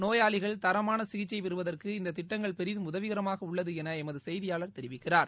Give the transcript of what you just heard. நோயாளிகள் தரமான சிகிச்சை பெறுவதற்கு இந்த திட்டங்கள் பெரிதும் உதவிகரமாக உள்ளது என எமது செய்தியாளர் தெரிவிக்கிறார்